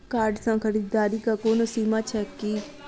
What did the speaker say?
Card सँ खरीददारीक कोनो सीमा छैक की?